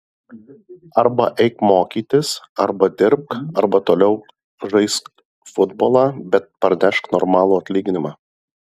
arba eik mokytis arba dirbk arba toliau žaisk futbolą bet parnešk normalų atlyginimą